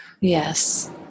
Yes